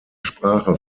sprache